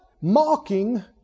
Mocking